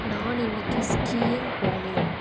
நான் இன்றைக்கி ஸ்கீயிங் போனேன்